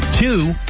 Two